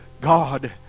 God